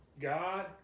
God